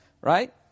right